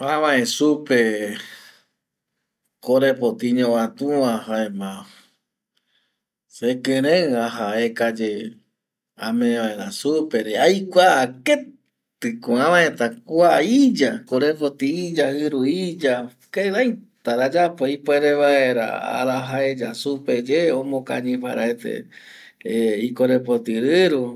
Ävae supe korepoti iñovatua jaema sekirei aja aeka ye ame vaera supe erei aikuaa keti ko avaeta kua iya korepoti iya jiru iya kiraita ra ayapo ipuere vaera araja aeya supe ye, omokañi paraete eh ikorepoti riru